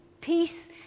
Peace